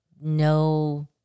no